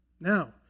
Now